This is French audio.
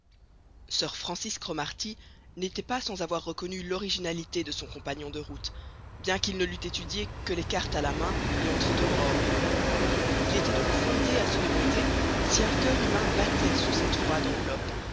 sir francis cromarty n'était pas sans avoir reconnu l'originalité de son compagnon de route bien qu'il ne l'eût étudié que les cartes à la main et entre deux robres il était donc fondé à se demander si un coeur humain battait sous cette froide enveloppe